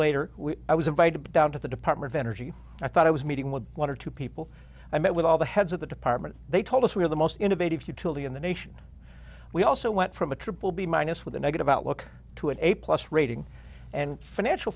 later i was invited down to the department of energy i thought i was meeting with one or two people i met with all the heads of the department they told us we were the most innovative utility in the nation we also went from a triple b minus with a negative outlook to an a plus rating and financial